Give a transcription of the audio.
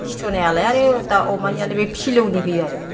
खिथुनियालाय आरो दाउ अमानियालाय बे फिलौनि होयो आरो